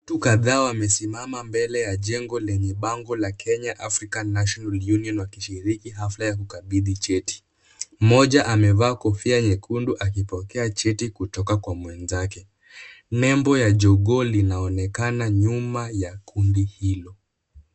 Watu kadhaa wamesimama mbele ya jengo lenye bango ya kenya African national Union wakishiriki hafla ya kukabidhi cheti. Mmoja amevaa kofia nyekundu akipokea cheti kutoka kwa mwenzake nembo ya jogoo inaonekana nyuma ya kundi hilo.